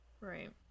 Right